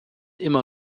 immer